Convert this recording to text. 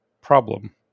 problem